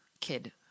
kid